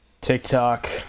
TikTok